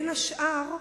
בין השאר,